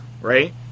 right